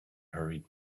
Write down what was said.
hurried